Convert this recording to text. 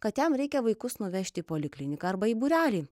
kad jam reikia vaikus nuvežti į polikliniką arba į būrelį